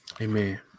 Amen